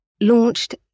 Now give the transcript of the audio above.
launched